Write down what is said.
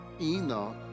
Enoch